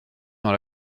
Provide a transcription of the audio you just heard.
dans